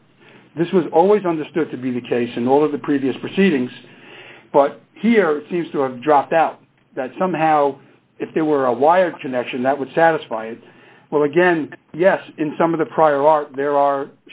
wirelessly this was always understood to be the case in all of the previous proceedings but here it seems to have dropped out that somehow if there were a wired connection that would satisfy it well again yes in some of the prior art there are